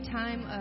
time